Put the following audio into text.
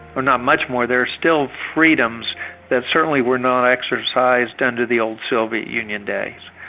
or not much more, there's still freedoms that certainly were not exercised under the old soviet union days.